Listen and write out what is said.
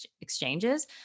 exchanges